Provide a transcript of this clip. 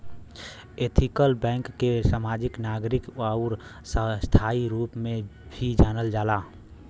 ethical bank के समाजिक, नागरिक आउर स्थायी रूप में भी जानल जाला